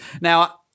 Now